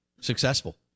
successful